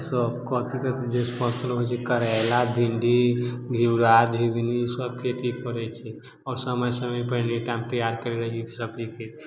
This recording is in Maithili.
सब कथी कथी जे फसल होइत छै करैला भिन्डी घ्युरा झिंगनी सब खेती करैत छियै आ समय समय पर